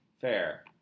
Fair